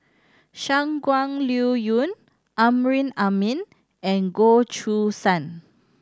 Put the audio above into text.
Shangguan Liuyun Amrin Amin and Goh Choo San